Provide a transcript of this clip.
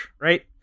right